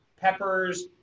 Peppers